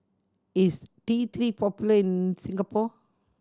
is T Three popular in Singapore